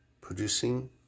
producing